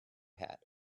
hat